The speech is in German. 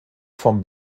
vom